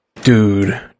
dude